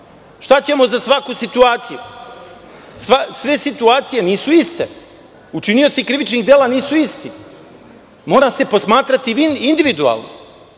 Šta ćemo za svaku situaciju? Sve situacije nisu iste. Učinioci krivičnih dela nisu isti. Mora se posmatrati individualno